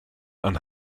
and